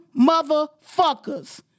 motherfuckers